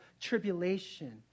tribulation